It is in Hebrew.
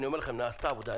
אני אומר לכם, נעשתה עבודה.